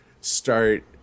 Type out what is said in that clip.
start